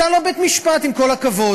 אתה לא בית-משפט, עם כל הכבוד.